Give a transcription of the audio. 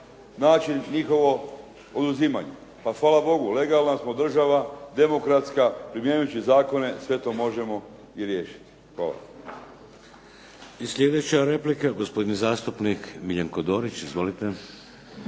način njihovo oduzimanje? Pa hvala bogu legalna smo država, demokratska, primjenivši zakone sve to može i riješiti. Hvala. **Šeks, Vladimir (HDZ)** I sljedeća replika. Gospodin zastupnik Miljenko Dorić. Izvolite.